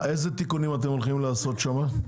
אילו תיקונים אתם הולכים לעשות שם?